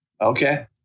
Okay